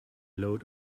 load